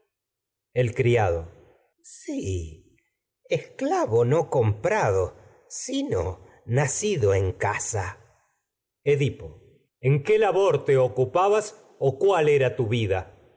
el criado si esclavo no comprado sino nacido en casa ediro en qué labor te ocupabas o el cuál era tu vida